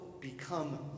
become